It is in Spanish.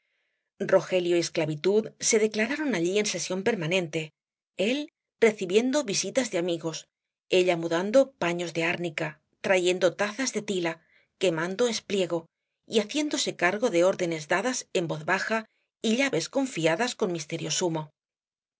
rogelio y esclavitud se declararon allí en sesión permanente él recibiendo visitas de amigos ella mudando paños de árnica trayendo tazas de tila quemando espliego y haciéndose cargo de órdenes dadas en voz baja y llaves confiadas con misterio sumo